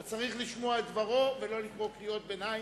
אז צריך לשמוע את דברו, ולא לקרוא קריאות ביניים,